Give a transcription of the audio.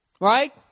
Right